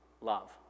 love